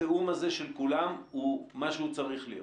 התיאום הזה של כולם הוא מה שהוא צריך להיות?